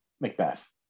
Macbeth